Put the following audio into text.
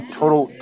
total